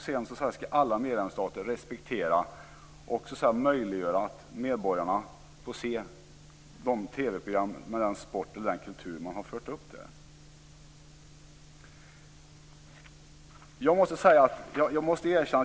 Sedan skall alla medlemsstater respektera detta och möjliggöra att medborgarna får se de evenemang som finns uppförda på listan.